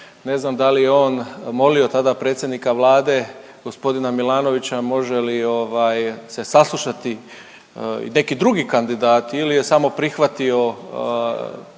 Ne znam da li je on molio tada predsjednika Vlade, g. Milanovića može li ovaj, se saslušati neki drugi kandidati ili je samo prihvatio